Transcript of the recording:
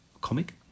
comic